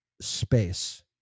Space